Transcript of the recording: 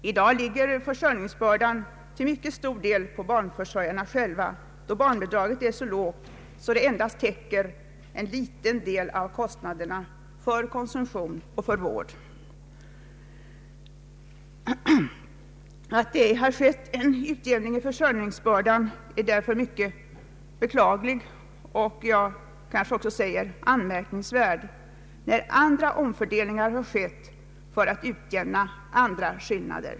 I dag ligger försörjningsbördan till mycket stor del på barnförsörjarna själva, eftersom barnbidraget är så lågt att det endast täcker en liten del av kostnaderna för konsumtion och vård. Att det nu inte har skett en utjämning i försörjningsbördan är mycket beklagligt och även anmärkningsvärt, när andra omfördelningar har gjorts för att utjämna andra skillnader.